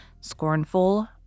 Scornful